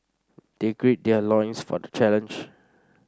they gird their loins for the challenge